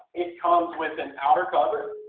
it comes with an outer cover